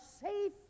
safe